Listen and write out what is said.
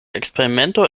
eksperimento